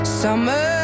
summer